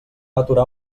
aturar